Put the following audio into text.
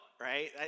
right